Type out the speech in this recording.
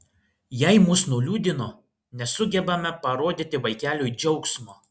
jei mus nuliūdino nesugebame parodyti vaikeliui džiaugsmo